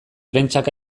prentsak